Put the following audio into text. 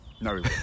No